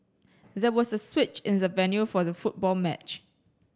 there was a switch in the venue for the football match